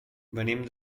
venim